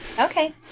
okay